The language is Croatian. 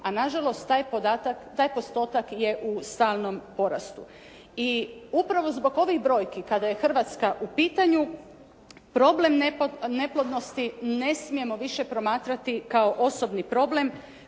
a nažalost taj postotak je u stalnom porastu. I upravo zbog ovih brojki kada je Hrvatska u pitanju problem neplodnosti ne smijemo više promatrati kao osobni problem